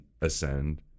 ascend